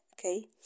okay